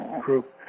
group